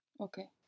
Okay